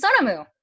Sonamu